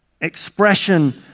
expression